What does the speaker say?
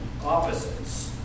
opposites